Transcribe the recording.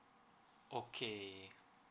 okay